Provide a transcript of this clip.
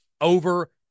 over